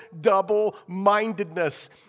double-mindedness